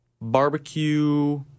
barbecue